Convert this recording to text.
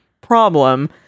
problem